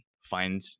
find